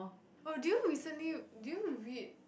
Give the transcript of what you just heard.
oh do you recently do you read